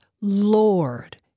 lord